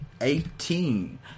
Eighteen